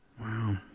wow